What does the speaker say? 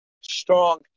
strong